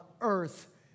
earth